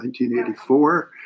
1984